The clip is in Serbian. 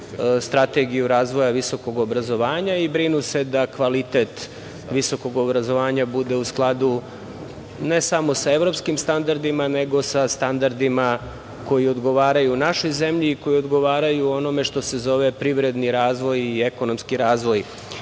Strategiju razvoja visokog obrazovanja i brinu se da kvalitet visokog obrazovanja bude u skladu ne samo sa evropskim standardima, nego sa standardima koji odgovaraju našoj zemlji i koji odgovaraju onome što se zove privredni razvoj i ekonomski razvoj